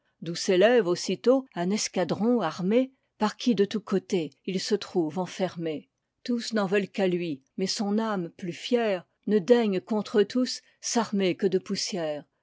d'où s'élève aussitôt un escadron armé par qui de tous côtés il se trouve enfermé tous n'en veulent qu'à lui mais son âme plus fière ne daigne contre eux tous s'armer que de poussière